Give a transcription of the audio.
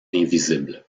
invisible